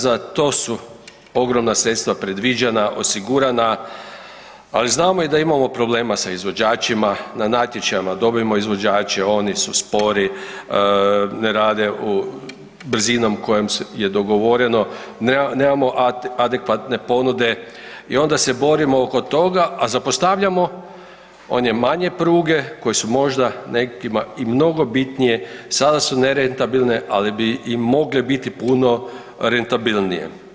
Za to su ogromna sredstva predviđena, osigurana, ali znamo i da imamo problema sa izvođačima, na natječajima dobimo izvođače, oni su spori, ne rade brzinom kojom je dogovoreno, nemamo adekvatne ponude i onda se borimo oko toga, a zapostavljamo one manje pruge koje su možda nekima i mnogo bitnije, sada su nerentabilne, ali bi i mogle biti puno rentabilnije.